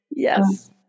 Yes